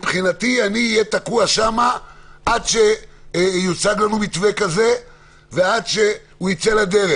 אני אהיה תקוע שם עד שיוצג לנו מתווה כזה ועד שהוא ייצא לדרך.